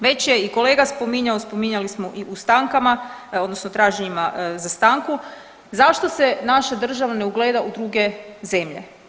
Već je i kolega spominjao, spominjali smo i u stankama odnosno traženjima za stanku, zašto se naša država ne ugleda u druge zemlje.